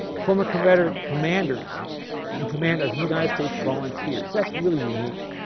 former confederate commanders in command of united states volunteers. that's really, unique,